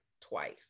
twice